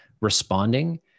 responding